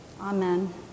Amen